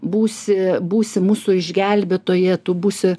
būsi būsi mūsų išgelbėtoja tu būsi